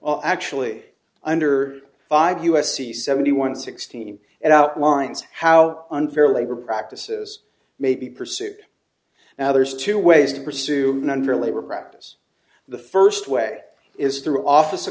well actually under five u s c seventy one sixteen and outlines how unfair labor practices may be pursued now there's two ways to pursue an under labor practice the first way is through office